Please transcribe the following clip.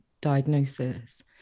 diagnosis